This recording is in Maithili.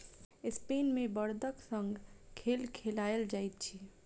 स्पेन मे बड़दक संग खेल खेलायल जाइत अछि